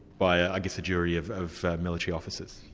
by, i guess, a jury of of military officers?